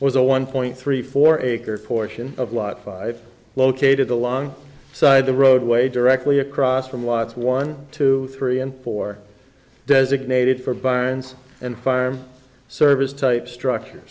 was a one point three four acre portion of lot five located along side the roadway directly across from watts one two three and four designated for binds and fire service type structure